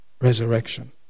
resurrection